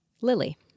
Lily